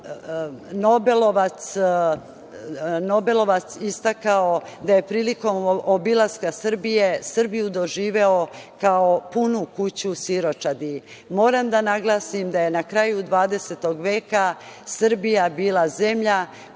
nobelovac istakao da je priliko obilaska Srbije Srbiju doživeo kao punu kući siročadi. Moram da naglasim da je na kraju 20. veka Srbija bila zemlja